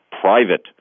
private